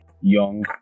young